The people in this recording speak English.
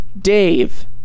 dave